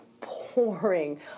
pouring